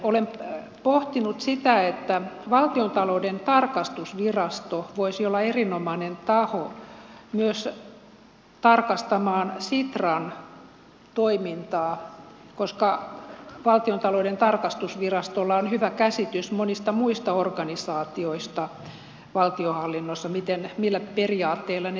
olen pohtinut sitä että valtiontalouden tarkastusvirasto voisi olla erinomainen taho myös tarkastamaan sitran toimintaa koska valtiontalouden tarkastusvirastolla on hyvä käsitys monista muista organisaatioista valtionhallinnossa millä periaatteilla ne toimivat